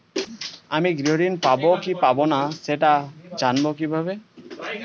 আমি গৃহ ঋণ পাবো কি পাবো না সেটা জানবো কিভাবে?